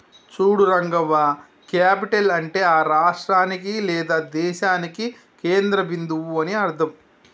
చూడు రంగవ్వ క్యాపిటల్ అంటే ఆ రాష్ట్రానికి లేదా దేశానికి కేంద్ర బిందువు అని అర్థం